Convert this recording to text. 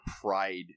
pride